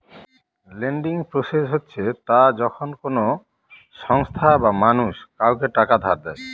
lending process হচ্ছে তা যখন কোনো সংস্থা বা মানুষ কাউকে টাকা ধার দেয়